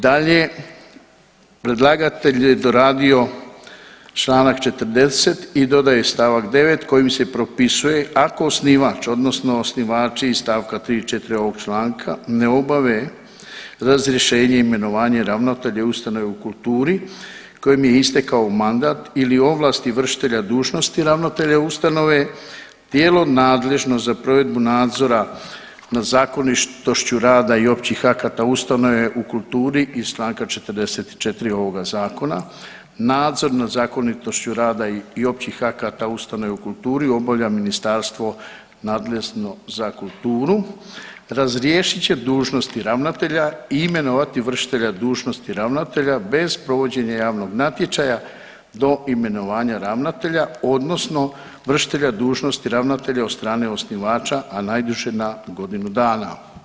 Dalje, predlagatelj je doradio članak 40. i dodaje stavak 9. kojim se propisuje ako osnivač, odnosno osnivači iz stavka 3., 4, ovog članka ne obave razrješenje i imenovanje ravnatelja ustanove u kulturi kojem je istekao mandat ili ovlasti vršitelja dužnosti ravnatelja ustanove tijelo nadležno za provedbu nadzora nad zakonitošću rada i općih akata ustanove u kulturi iz čl. 44. ovoga zakona, nadzor nad zakonitošću rada i općih akata ustanove u kulturi obavlja ministarstvo nadležno za kulturi razriješit će dužnosti ravnatelja i imenovati vršitelja dužnosti ravnatelja bez provođenja javnog natječaja do imenovanja ravnatelja odnosno vršitelja dužnosti ravnatelja od strane osnivača, a najduže na godinu dana.